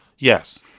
Yes